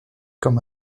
comme